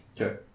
Okay